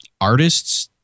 artists